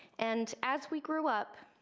and as we grew up,